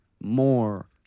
more